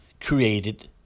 created